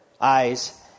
eyes